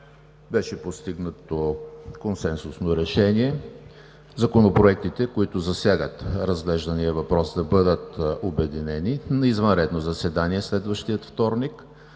беше постигнато консенсусно решение – законопроектите, които засягат разглеждания въпрос, да бъдат обединени. На извънредно заседание следващия вторник